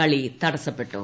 കളി തടസ്സപ്പെട്ടു